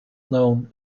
known